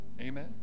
Amen